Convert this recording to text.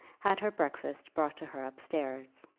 had her breakfast brought to her upstairs.